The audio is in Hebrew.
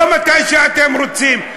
לא מתי שאתם רוצים.